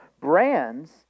brands